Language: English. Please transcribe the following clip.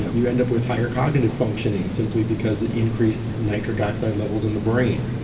you end up with higher cognitive functioning simply because it increased nitric oxide levels in the brain.